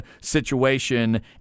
situation